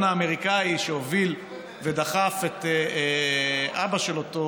האמריקני שהוביל ודחף את אבא של אותו